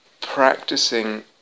practicing